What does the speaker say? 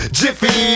jiffy